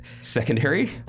Secondary